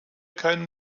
keinen